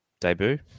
debut